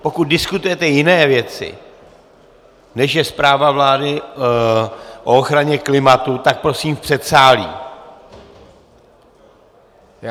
Pokud diskutujete jiné věci, než je zpráva vlády o ochraně klimatu, tak prosím v předsálí!